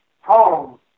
home